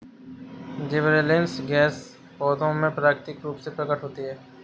gibberellins gas पौधों में प्राकृतिक रूप से प्रकट होती है